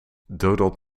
donald